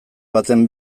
baten